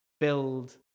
build